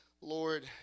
Lord